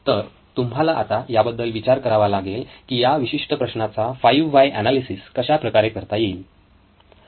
तर तुम्हाला आता याबद्दल विचार करावा लागेल की या विशिष्ट प्रश्नाचा फाईव्ह व्हाय एनालिसिस कशाप्रकारे करता येईल